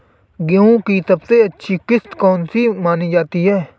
गेहूँ की सबसे अच्छी किश्त कौन सी मानी जाती है?